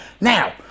Now